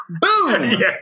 boom